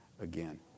again